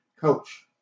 coach